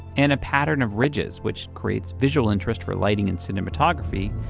and a pattern of ridges which creates visual interest for lighting and cinematography.